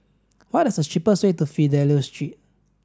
what is the cheapest way to Fidelio Street